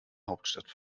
hauptstadt